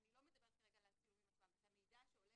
אני לא מדברת על הצילומים עצמם, את המידע שעולה